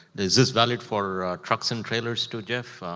is this valued for trucks and trailers, too, jeff?